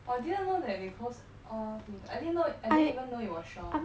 !wah! didn't know that they post all the I didn't know I didn't even know it was Shaw